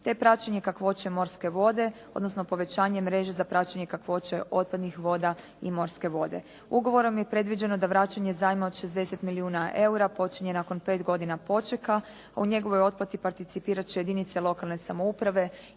te praćenje kakvoće morske vode, odnosno povećanje mreže za praćenje kakvoće otpadnih voda i morske vode. Ugovorom je predviđeno da vraćanje zajma od 60 milijuna eura počinje nakon pet godina počeka, u njegovoj otplati participirati će jedinice lokalne samouprave